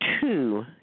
two